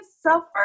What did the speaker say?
suffer